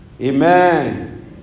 Amen